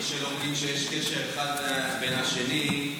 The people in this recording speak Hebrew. רון כץ (יש עתיד): מי שאומרים שיש קשר בין אחד לשני,